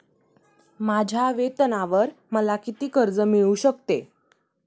माझ्या वेतनावर मला किती कर्ज मिळू शकते?